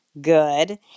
Good